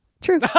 true